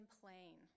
plain